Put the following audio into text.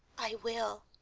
i will,